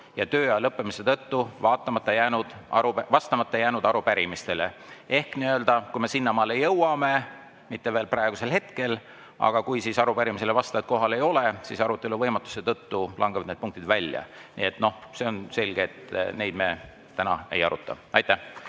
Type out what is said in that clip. ja tööaja lõppemise tõttu vastamata jäänud arupärimistele." Ehk kui me sinnamaale jõuame – mitte veel praegusel hetkel – ja arupärimisele vastajat kohal ei ole, siis arutelu võimatuse tõttu langevad need punktid välja. See on selge, et neid me täna ei aruta. Rain